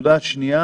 דבר שני,